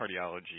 cardiology